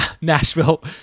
Nashville